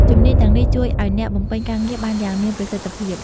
ជំនាញទាំងនេះជួយឱ្យអ្នកបំពេញការងារបានយ៉ាងមានប្រសិទ្ធភាព។